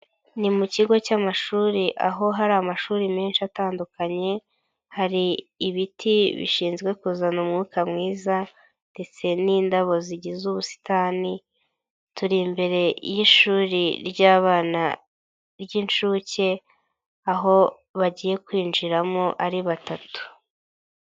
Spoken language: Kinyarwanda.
Ni mu kigo cy'amashuri aho hari amashuri menshi atandukanye, hari ibiti bishinzwe kuzana umwuka mwiza ndetse n'indabo zigize ubusitani, turi imbere y'ishuri ry'abana ry'inshuke, aho bagiye kwinjiramo ari batatu.